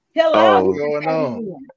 Hello